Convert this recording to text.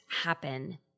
happen